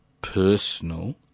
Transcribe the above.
personal